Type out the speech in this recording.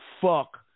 fuck